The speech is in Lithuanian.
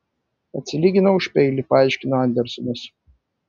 atsilyginau už peilį paaiškino andersonas